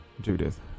Judith